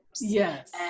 yes